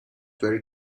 very